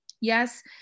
Yes